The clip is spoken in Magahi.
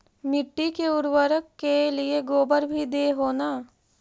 मिट्टी के उर्बरक के लिये गोबर भी दे हो न?